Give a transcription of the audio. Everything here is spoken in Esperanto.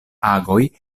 agoj